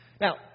Now